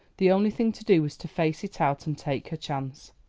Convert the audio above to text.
the only thing to do was to face it out and take her chance.